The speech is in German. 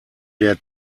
der